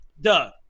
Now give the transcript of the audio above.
Duh